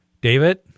David